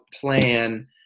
plan